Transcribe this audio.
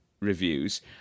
reviews